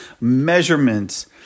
measurements